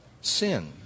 sin